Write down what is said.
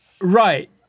Right